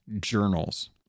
journals